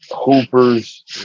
hoopers